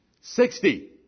Sixty